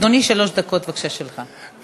אדוני, שלוש דקות, בבקשה, שלך.